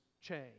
change